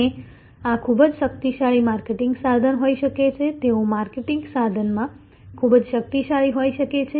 અને આ ખૂબ જ શક્તિશાળી માર્કેટિંગ સાધન હોઈ શકે છે તેઓ માર્કેટિંગ સાધનમાં ખૂબ શક્તિશાળી હોઈ શકે છે